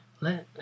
Let